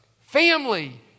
family